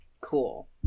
Cool